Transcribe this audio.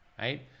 right